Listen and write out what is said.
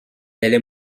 allait